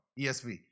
ESV